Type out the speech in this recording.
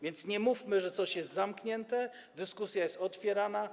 Więc nie mówmy, że coś jest zamknięte, dyskusja jest otwierana.